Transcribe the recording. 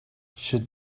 should